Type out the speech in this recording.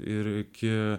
ir iki